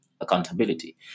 accountability